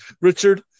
richard